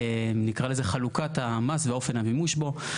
נקרא לזה חלוקת המס ואופן המימוש בו.